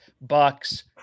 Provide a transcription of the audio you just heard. Bucks